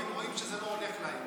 כי הם רואים שזה לא הולך להם.